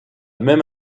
même